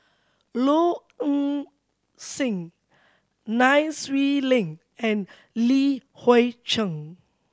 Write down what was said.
Low Eng Sing Nai Swee Leng and Li Hui Cheng